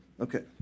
Okay